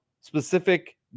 specific